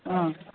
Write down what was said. हा